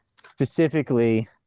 specifically